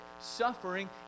suffering